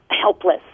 helpless